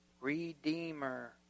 Redeemer